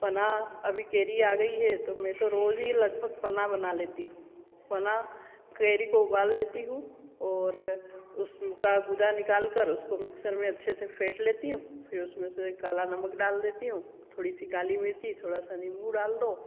पन्ना अभी कैरी आ गई है तो मैं तो रोज़ ही लगभग पन्ना बना लेती हूँ पन्ना कैरी को उबाल लेती हूँ और उसका गूदा निकाल कर उसको मिक्सचर में अच्छी तरह फेंट लेती हूँ फ़िर उसमें से काला नमक डाल देती हूँ थोड़ी सी काली मिर्ची थोड़ा सा निम्बू डाल दो